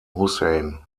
hussein